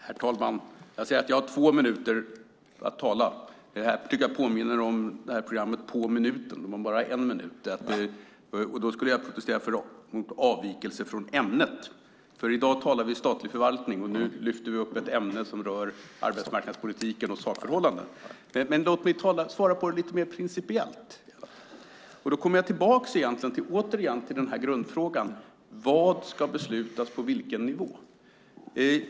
Herr talman! Jag ser att jag har två minuter att tala. Det påminner om programmet På minuten . Där har man bara en minut på sig. Jag skulle protestera för avvikelse från ämnet. I dag talar vi om statlig förvaltning. Nu lyfter vi upp ett ämne som rör arbetsmarknadspolitik och sakförhållanden. Låt mig svara på det lite mer principiellt. Jag kommer tillbaka till grundfrågan: Vad ska beslutas på vilken nivå?